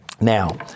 Now